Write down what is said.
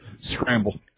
scramble